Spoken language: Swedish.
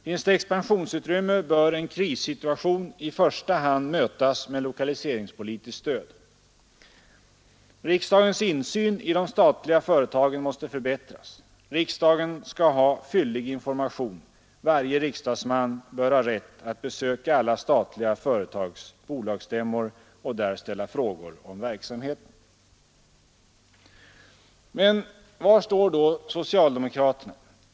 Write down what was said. Finns det expansionsutrymme bör en krissituation i första hand mötas med lokaliseringspolitiskt stöd. Riksdagens insyn i de statliga företagen måste förbättras. Riksdagen skall ha fyllig information. Varje riksdagsman bör ha rätt att besöka alla statliga företags bolagsstämmor och där ställa frågor om verksamheten.” Var står då socialdemokraterna?